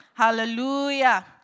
Hallelujah